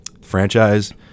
franchise